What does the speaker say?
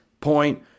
point